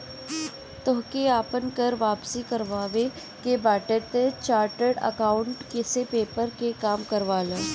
तोहके आपन कर वापसी करवावे के बाटे तअ चार्टेड अकाउंटेंट से पेपर के काम करवा लअ